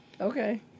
Okay